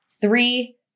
Three